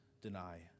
deny